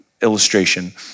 illustration